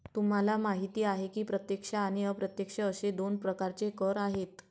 तुम्हाला माहिती आहे की प्रत्यक्ष आणि अप्रत्यक्ष असे दोन प्रकारचे कर आहेत